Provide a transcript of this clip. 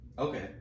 Okay